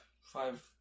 Five